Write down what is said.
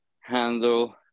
handle